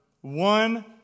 One